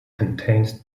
contains